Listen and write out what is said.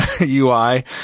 UI